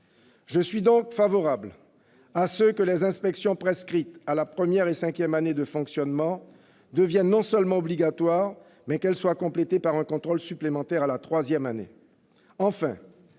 Je suis donc favorable à ce que les inspections prescrites lors de la première et de la cinquième année de fonctionnement non seulement deviennent obligatoires, mais qu'elles soient complétées par un contrôle supplémentaire lors de la troisième année.